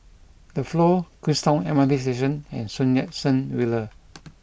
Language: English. The Flow Queenstown M R T Station and Sun Yat Sen Villa